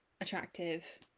attractive